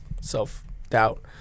self-doubt